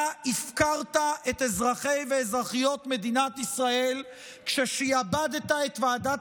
אתה הפקרת את אזרחי ואזרחיות מדינת ישראל כששעבדת את ועדת